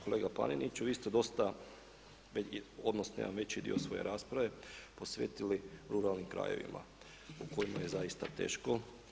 Kolega Paneniću, vi ste dosta, odnosno jedan veći dio svoje rasprave posvetili ruralnim krajevima u kojima je zaista teško.